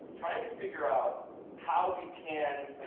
trying to figure out how we can,